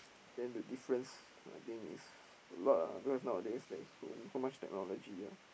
then the difference I think is a lot lah because nowadays there's so so much technology ah